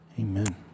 Amen